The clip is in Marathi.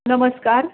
नमस्कार